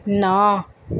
ਨਾ